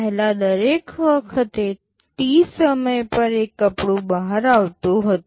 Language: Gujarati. પહેલાં દરેક વખતે T સમય પર એક કપડું બહાર આવતું હતું